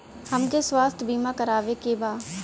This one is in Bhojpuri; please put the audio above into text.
हमके स्वास्थ्य बीमा करावे के बा?